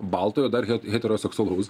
baltojo dar het heteroseksualaus